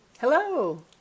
Hello